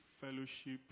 fellowship